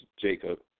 Jacob